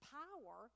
power